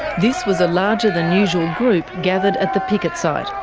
this was a larger than usual group gathered at the picket site,